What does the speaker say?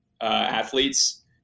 athletes